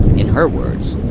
in her words